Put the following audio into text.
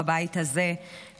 בבית הזה,